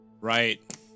Right